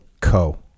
co